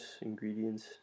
ingredients